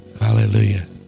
Hallelujah